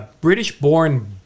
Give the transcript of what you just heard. British-born